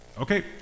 okay